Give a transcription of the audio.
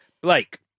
Blake